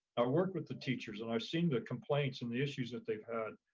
i've worked with the teachers and i've seen the complaints and the issues that they've had.